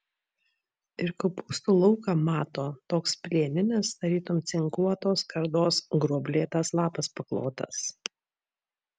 ir kopūstų lauką mato toks plieninis tarytum cinkuotos skardos gruoblėtas lapas paklotas